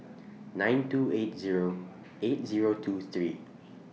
nine two eight Zero eight Zero two three